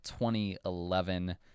2011